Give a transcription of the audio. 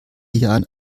jahren